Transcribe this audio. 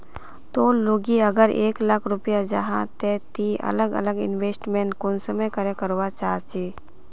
तोर लिकी अगर एक लाख रुपया जाहा ते ती अलग अलग इन्वेस्टमेंट कुंसम करे करवा चाहचिस?